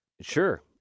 Sure